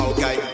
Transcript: Okay